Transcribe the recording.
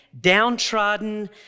downtrodden